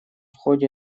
ходе